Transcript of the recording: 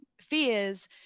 fears